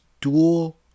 dual